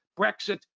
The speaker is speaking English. Brexit